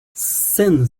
scène